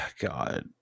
God